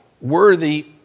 worthy